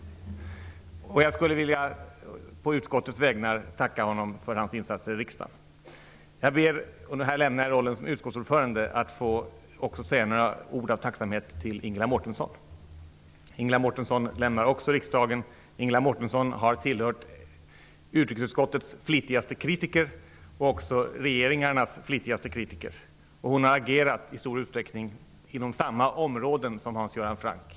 Jag skulle på utskottets vägnar vilja tacka honom för hans insatser i riksdagen. Jag ber också att få säga några ord av tacksamhet -- här lämnar jag rollen som utskottsordförande -- till Ingela Mårtensson. Ingela Mårtensson lämnar också riksdagen. Ingela Mårtensson har tillhört utrikesutskottets flitigaste kritiker och också regeringarnas flitigaste kritiker. Hon har i stor utsträckning agerat inom samma områden som Hans Göran Franck.